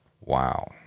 Wow